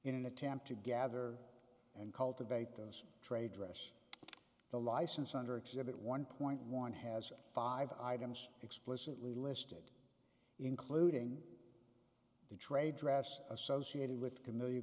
in an attempt to gather and cultivate those trade dress the license under exhibit one point one has five items explicitly listed including the trade dress associated with